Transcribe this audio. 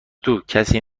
توکسی